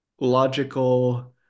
logical